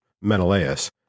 Menelaus